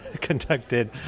Conducted